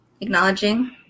acknowledging